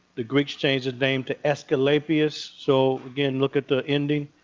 the greeks changed his name to escalapius. so again, look at the ending.